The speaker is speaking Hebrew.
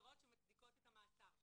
עבירות שמצדיקות את המעצר שלך.